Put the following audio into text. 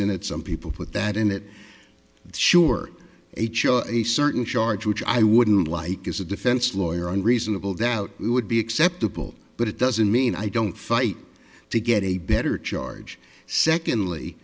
in it some people put that in it sure h o a certain charge which i wouldn't like as a defense lawyer and reasonable doubt we would be acceptable but it doesn't mean i don't fight to get a better charge secondly